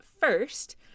first